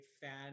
fan